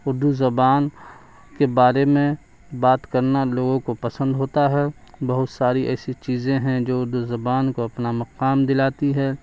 اردو زبان کے بارے میں بات کرنا لوگوں کو پسند ہوتا ہے بہت ساری ایسی چیزیں ہیں جو اردو زبان کو اپنا مقام دلاتی ہے